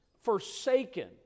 forsaken